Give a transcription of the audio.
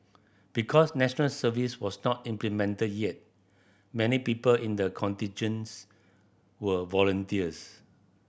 because National Service was not implemented yet many people in the contingents were volunteers